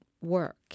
work